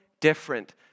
different